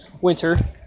Winter